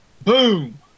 Boom